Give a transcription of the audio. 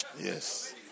Yes